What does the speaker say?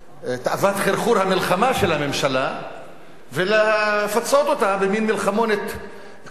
את תאוות חרחור המלחמה של הממשלה ולפצות אותה במין מלחמונת קטנה,